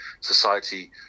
society